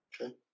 Okay